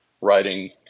writing